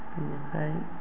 बिनिफ्राय